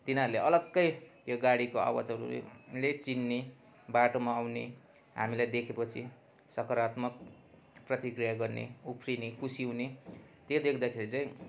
तिनीहरूले अलग्गै यो गाडीको आवाजहरूले चिन्ने बाटोमा आउने हामीलाई देखेपछि सकारात्मक प्रतिक्रिया गर्ने उफ्रिने खुसी हुने त्यो देख्दाखेरि चाहिँ